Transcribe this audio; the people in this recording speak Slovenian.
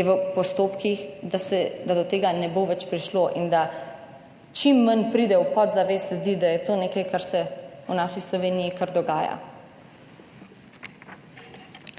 je v postopkih, da do tega ne bo več prišlo, in da čim manj pride v podzavest ljudi, da je to nekaj, kar se v naši Sloveniji, kar dogaja.